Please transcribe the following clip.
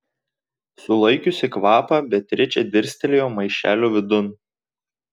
sulaikiusi kvapą beatričė dirstelėjo maišelio vidun